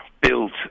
built